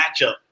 matchup